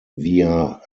via